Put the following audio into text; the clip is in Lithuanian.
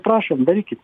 prašom darykit